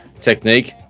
technique